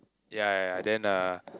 yea then a